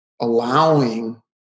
allowing